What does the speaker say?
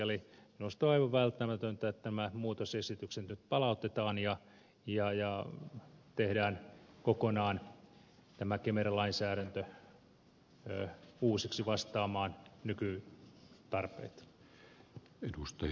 eli minusta on aivan välttämätöntä että tämä muutosesitys nyt palautetaan ja tehdään kokonaan tämä kemera lainsäädäntö uusiksi vastaamaan nykytarpeita